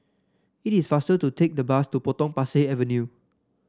it is faster to take the bus to Potong Pasir Avenue